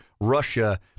russia